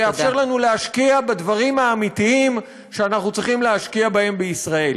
זה יאפשר לנו להשקיע בדברים האמיתיים שאנחנו צריכים להשקיע בהם בישראל.